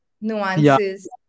nuances